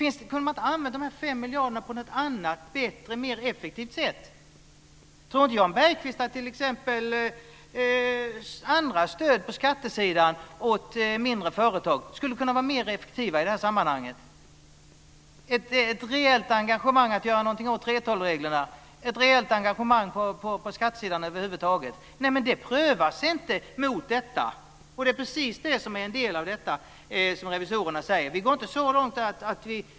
Kunde man inte ha använt de här 5 miljarderna på något annat, bättre och mer effektivt sätt? Tror inte Jan Bergqvist att t.ex. andra stöd på skattesidan till mindre företag skulle kunna vara mer effektiva i det här sammanhanget, dvs. ett rejält engagemang för att göra något åt 3:12-reglerna, ett rejält engagemang på skattesidan över huvud taget? Det prövas inte mot detta. Det är precis det som är en del av detta som revisorerna säger.